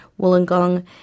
Wollongong